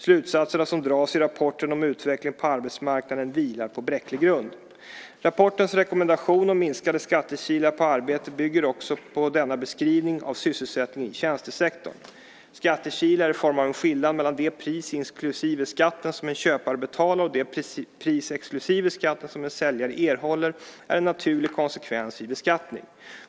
Slutsatserna som dras i rapporten om utvecklingen på arbetsmarknaden vilar på bräcklig grund. Rapportens rekommendation om minskade skattekilar på arbete bygger också på denna beskrivning av sysselsättningen i tjänstesektorn. Skattekilar i form av en skillnad mellan det pris inklusive skatten som en köpare betalar och det pris exklusive skatten som säljaren erhåller är en naturlig konsekvens vid beskattning.